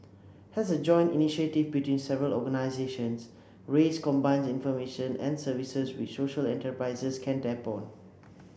as a joint initiative between several organisations raise combines information and services which social enterprises can tap on